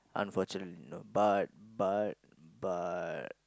unfortunately no but but but